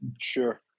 sure